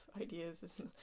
ideas